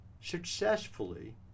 successfully